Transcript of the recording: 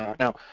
now,